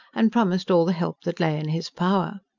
and promised all the help that lay in his power.